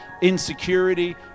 insecurity